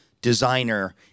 designer